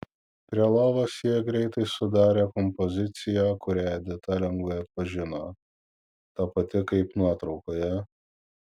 prie lovos jie greitai sudarė kompoziciją kurią edita lengvai atpažino ta pati kaip nuotraukoje